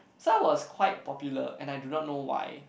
so was quite popular and I do not know why